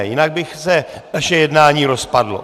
Jinak by se naše jednání rozpadlo.